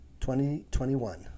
2021